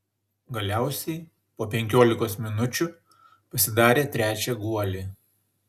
galiausiai po penkiolikos minučių pasidarė trečią guolį